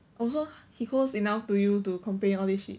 oh so he close enough to you to complain all this shit